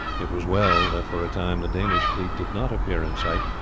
it was well that for a time the danish fleet did not appear in sight,